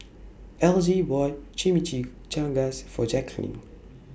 Elgie bought Chimichangas For Jacklyn